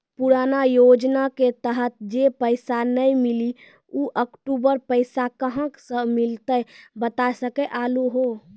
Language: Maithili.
पुराना योजना के तहत जे पैसा नै मिलनी ऊ अक्टूबर पैसा कहां से मिलते बता सके आलू हो?